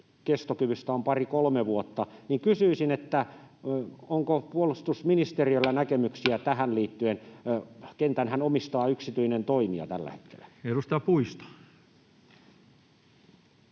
kestokyvystä on pari kolme vuotta, niin kysyisin: onko puolustusministeriöllä näkemyksiä tähän liittyen? Kentänhän omistaa yksityinen toimija tällä hetkellä. [Speech 148]